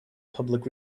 public